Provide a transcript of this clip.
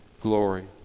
glory